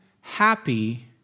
happy